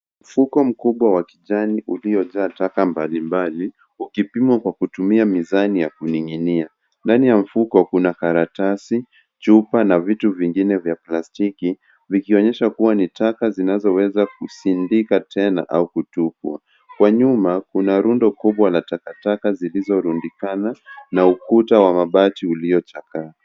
Mfuko mkubwa wa kijani uliojaa taka mbalimbali ukipimwa kwa kutumia mizani ya kuning'inia. Ndani ya mfuko kuna karatasi, chupa na vitu vingine vya plastiki vikionyesha kuwa ni taka zinazoweza kusindika tena au kutupwa. Kwa nyuma kuna rundo kubwa la takataka zilizorundikana na ukuta wa mabati uliochakaa.